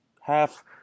half